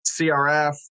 CRF